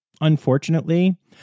unfortunately